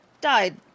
died